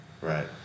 Right